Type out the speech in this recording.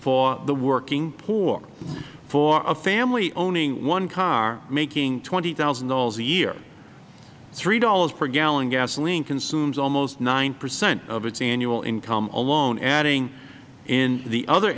for the working poor for a family owning one car making twenty thousand dollars a year three dollars per gallon of gasoline consumes almost nine percent of its annual income alone adding in the other